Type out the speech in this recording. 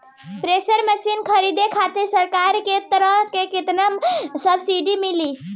Thresher machine खरीदे खातिर सरकार के तरफ से केतना सब्सीडी मिली?